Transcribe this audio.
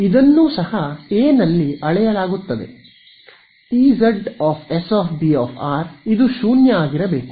ಇದನ್ನೂ ಸಹ A ನಲ್ಲಿ ಅಳೆಯಲಾಗುತ್ತದೆ Ez s B ಇದು 0 ಆಗಿರಬೇಕು